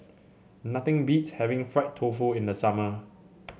nothing beats having Fried Tofu in the summer